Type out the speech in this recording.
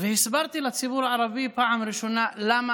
והסברתי לציבור הערבי בפעם הראשונה למה